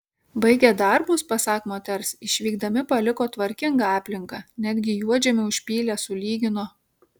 baigę darbus pasak moters išvykdami paliko tvarkingą aplinką netgi juodžemį užpylė sulygino